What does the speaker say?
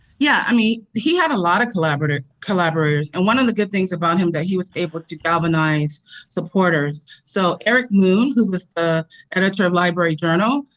yeah, i mean he had a lot of collaborators. and one of the good things about him, that he was able to galvanize supporters. so eric moon, who was the editor of library journal,